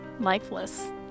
lifeless